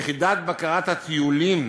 יחידת בקרת הטיולים,